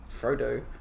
Frodo